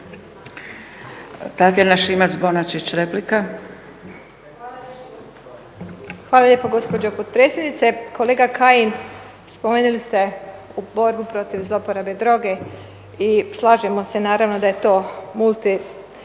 replika. **Šimac Bonačić, Tatjana (SDP)** Hvala lijepa gospođo potpredsjednice. Kolega Kajin, spomenuli ste u borbi protiv zlouporabe droge i slažemo se naravno da je to multiresorna